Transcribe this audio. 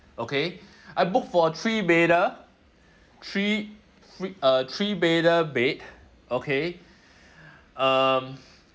okay I booked for a three bedder three thr~ uh three bedder bed okay um